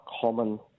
common